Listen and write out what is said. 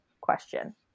question